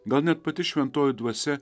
gal net pati šventoji dvasia